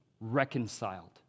reconciled